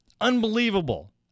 Unbelievable